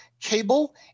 cable